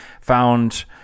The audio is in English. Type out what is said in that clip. found